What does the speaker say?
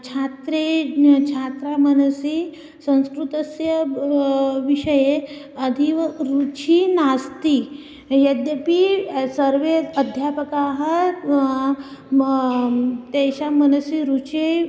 छात्रे ज्ञ छात्राः मनसि संस्कृतस्य विषये अतीव रुचिः नास्ति यद्यपि सर्वे अध्यापकाः मा तेषां मनसि रुचिः